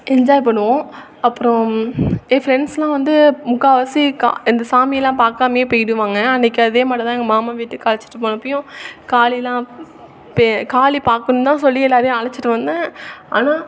enjoy பண்ணுவோம் அப்புறம் என் ஃப்ரெண்ட்ஸ்லாம் வந்து முக்கால்வாசி கா இந்த சாமிலாம் பார்க்காமையே போயிடுவாங்க அன்றைக்கி அதே மட்டோந்தான் எங்கள் மாமா வீட்டுக்கு அழைச்சிட்டு போனப்பையும் காளிலாம் பே காளி பார்க்கணுந்தான் சொல்லி எல்லோரையும் அழைச்சிட்டு வந்தேன் ஆனால்